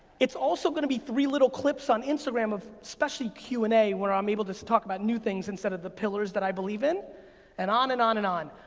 it's also gonna be three little clips on instagram of especially q and a, where i'm able to talk about new things, instead of the pillars that i believe in and on and on and on.